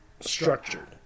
structured